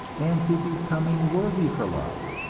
and to becoming worthy for love.